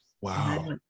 Wow